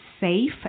safe